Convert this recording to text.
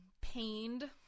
pained